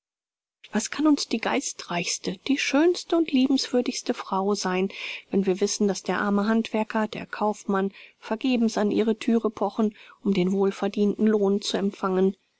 was kann uns die geistreichste die schönste und liebenswürdigste frau sein wenn wir wissen daß der arme handwerker der kaufmann vergebens an ihre thüre pochen um den wohlverdienten lohn zu empfangen